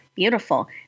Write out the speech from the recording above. Beautiful